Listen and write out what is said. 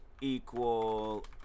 equal